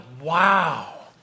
wow